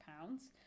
pounds